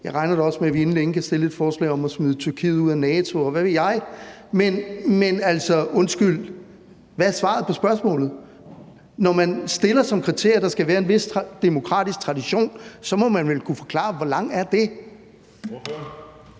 da også med, at vi inden længe kan fremsætte et forslag om at smide Tyrkiet ud af NATO, og hvad ved jeg. Men altså, undskyld, hvad er svaret på spørgsmålet? Når man stiller som kriterie, at der skal være en vis demokratisk tradition, må man vel kunne forklare, hvor lang tid det